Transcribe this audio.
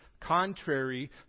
contrary